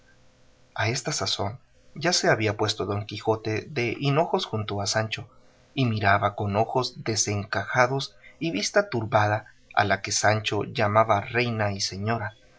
a esta sazón ya se había puesto don quijote de hinojos junto a sancho y miraba con ojos desencajados y vista turbada a la que sancho llamaba reina y señora